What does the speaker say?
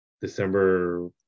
december